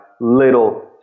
little